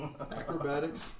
Acrobatics